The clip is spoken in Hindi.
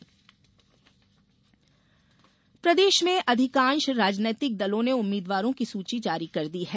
चुनाव प्रचार प्रदेश में अधिकांश राजनैतिक दलों ने उम्मीद्वारों की सूची जारी कर दी है